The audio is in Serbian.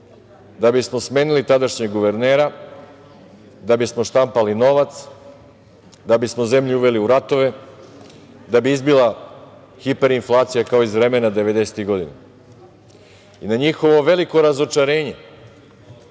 da bismo smenili tadašnjeg guvernera, da bismo štampali novac, da bismo zemlju uveli u ratove, da bi izbila hiperinflacija, kao iz vremena devedesetih godina. Na njihovo veliko razočarenje,